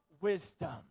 wisdom